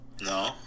No